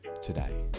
today